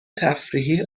تفریحی